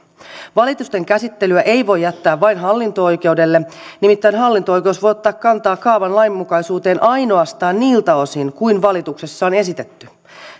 valitusten käsittelyä ei voi jättää vain hallinto oikeudelle nimittäin hallinto oikeus voi ottaa kantaa kaavan lainmukaisuuteen ainoastaan niiltä osin kuin valituksessa on esitetty